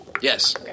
Yes